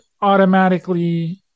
automatically